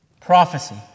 Prophecy